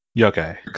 Okay